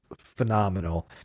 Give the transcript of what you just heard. phenomenal